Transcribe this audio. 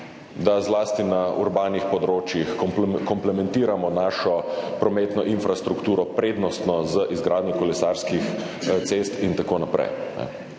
da zlasti na urbanih področjih komplementiramo našo prometno infrastrukturo, prednostno z izgradnjo kolesarskih cest in tako naprej.